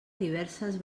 diverses